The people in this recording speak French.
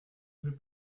veut